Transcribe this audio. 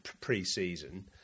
pre-season